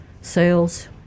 sales